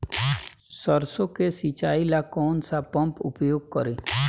सरसो के सिंचाई ला कौन सा पंप उपयोग करी?